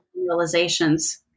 realizations